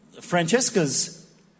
Francesca's